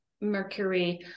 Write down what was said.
mercury